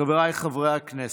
חבריי חברי הכנסת,